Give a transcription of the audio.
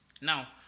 Now